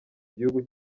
gihugu